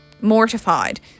mortified